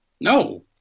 no